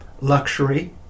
luxury